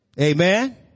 Amen